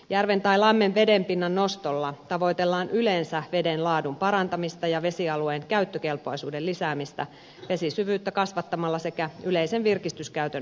järven tai lammen vedenpinnan nostolla tavoitellaan yleensä veden laadun parantamista ja vesialueen käyttökelpoisuuden lisäämistä vesisyvyyttä kasvattamalla sekä yleisen virkistyskäytön edistämistä